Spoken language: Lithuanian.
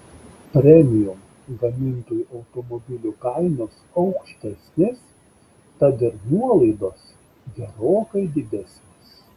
premium gamintojų automobilių kainos aukštesnės tad ir nuolaidos gerokai didesnės